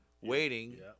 Waiting